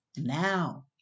Now